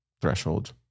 threshold